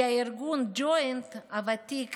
כי ארגון הג'וינט הוותיק